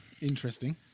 interesting